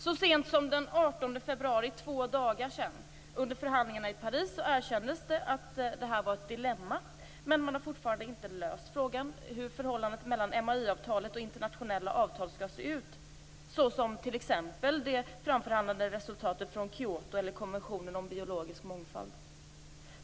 Så sent som den 18 februari, dvs. för två dagar sedan, erkändes under förhandlingarna i Paris att detta är ett dilemma. Men man har fortfarande inte löst problemet med hur förhållandet mellan MAI-avtalet och internationella avtal skall se ut. Exempel på detta är det framförhandlade resultatet från Kyoto eller konventionen om biologisk mångfald.